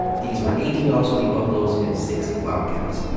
these were eighteen obsolete buffaloes and six wildcats.